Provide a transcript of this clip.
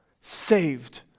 saved